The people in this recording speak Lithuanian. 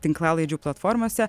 tinklalaidžių platformose